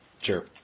Sure